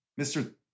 Mr